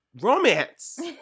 romance